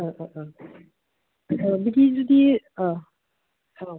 बिदि जुदि औ